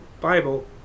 Bible